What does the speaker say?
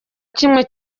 kimwe